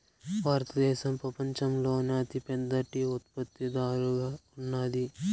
భారతదేశం పపంచంలోనే అతి పెద్ద టీ ఉత్పత్తి దారుగా ఉన్నాది